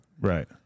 Right